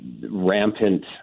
rampant